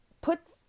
Puts